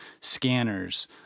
Scanners